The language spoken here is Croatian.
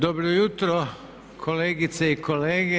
Dobro jutro kolegice i kolege!